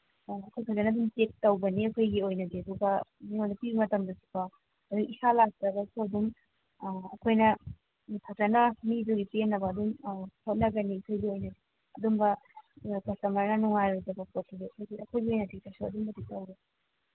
ꯑꯩꯈꯣꯏ ꯐꯖꯅ ꯑꯗꯨꯝ ꯆꯦꯛ ꯇꯧꯒꯅꯤ ꯑꯩꯈꯣꯏꯒꯤ ꯑꯣꯏꯅꯗꯤ ꯑꯗꯨꯒ ꯃꯤꯉꯣꯟꯗ ꯄꯤ ꯃꯇꯝꯗꯁꯨꯀꯣ ꯑꯗꯩ ꯏꯁꯥ ꯂꯥꯛꯇ꯭ꯔꯒꯁꯨ ꯑꯗꯨꯝ ꯑꯩꯈꯣꯏꯅ ꯐꯖꯅ ꯃꯤꯗꯨꯒꯤ ꯄꯦꯟꯅꯕ ꯑꯗꯨꯝ ꯍꯣꯠꯅꯒꯅꯤ ꯑꯩꯈꯣꯏꯒꯤ ꯑꯣꯏꯅ ꯑꯗꯨꯝꯕ ꯀꯁꯇꯃꯔꯅ ꯅꯨꯡꯉꯥꯏꯔꯣꯏꯗꯕ ꯄꯣꯠꯇꯨꯗꯤ ꯑꯩꯈꯣꯏꯗꯤ ꯑꯩꯈꯣꯏꯒꯤ ꯑꯣꯏꯅꯗꯤ ꯀꯩꯁꯨ ꯑꯗꯨꯝꯕꯗꯤ ꯇꯧꯔꯣꯏ